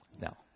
Now